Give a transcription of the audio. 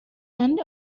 and